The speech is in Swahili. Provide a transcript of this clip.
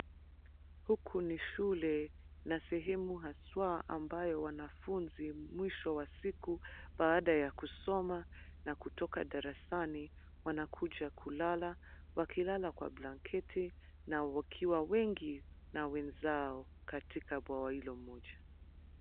Huku ni shule na sehemu haswa ambayo wanafunzi mwisho wa siku baada ya kusoma na kutoka darasani wanakuja kulala. Wakilala kwa blanketi na wakiwa wengi na wenzao katika bwawa hilo moja.